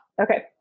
Okay